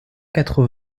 quatre